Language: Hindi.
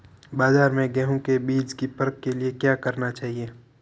बाज़ार में गेहूँ के बीज की परख के लिए क्या करना चाहिए?